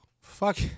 Fuck